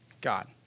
God